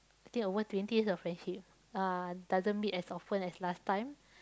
think over twenty years of friendship uh doesn't meet as often as last time